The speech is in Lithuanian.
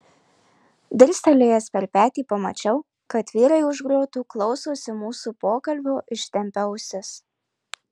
dirstelėjęs per petį pamačiau kad vyrai už grotų klausosi mūsų pokalbio ištempę ausis